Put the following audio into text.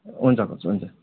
हुन्छ कोच हुन्छ